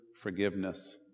forgiveness